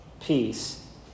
peace